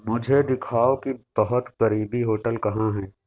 مجھے دکھاؤ کہ بہت قریبی ہوٹل کہاں ہے